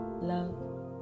love